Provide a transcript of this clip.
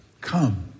Come